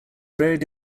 buried